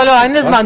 אין לי זמן,